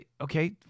okay